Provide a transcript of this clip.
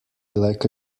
like